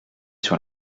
sur